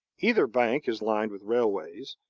either bank is lined with railways,